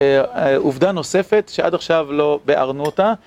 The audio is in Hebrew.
עובדה נוספת שעד עכשיו לא בארנו אותה